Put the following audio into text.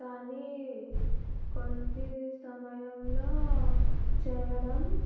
కానీ కొంత సమయంలో చేయడం